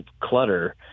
clutter